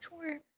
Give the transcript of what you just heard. Sure